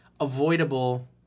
avoidable